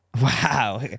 Wow